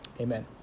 Amen